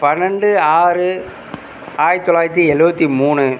பன்னெண்டு ஆறு ஆயிரத்தி தொள்ளாயிரத்தி எழுபத்தி மூணு